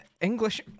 English